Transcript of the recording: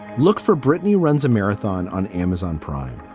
look for brittany runs a marathon on amazon prime.